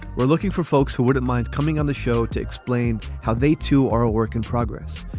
we're looking for folks who wouldn't mind coming on the show to explain how they, too, are a work in progress.